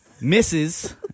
misses